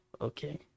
okay